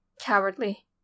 Cowardly